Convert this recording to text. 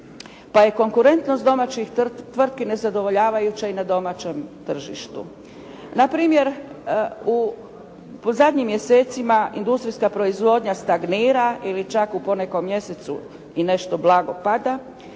pa je konkurentnost domaćih tvrtki nezadovoljavajuće i na domaćem tržištu. Na primjer, u zadnjim mjesecima industrijska proizvodnja stagnira ili čak u ponekom mjesecu i nešto blago pada